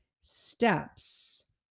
steps